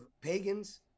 pagans